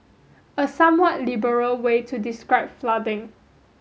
a somewhat liberal way to describe flooding